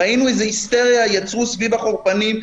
ראינו איזה היסטריה יצרו סביב החורפנים,